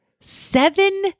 seven